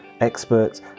experts